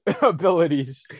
abilities